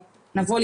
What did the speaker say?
צריך גם להבין,